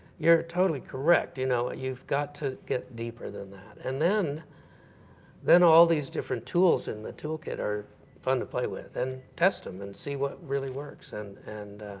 you're totally correct, you know ah you've got to get deeper than that. and then then all these different tools in the toolkit are fun to play with, and test them and see what really works. and and